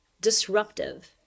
disruptive